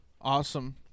awesome